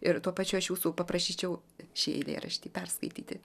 ir tuo pačiu aš jūsų paprašyčiau šį eilėraštį perskaityti